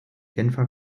genfer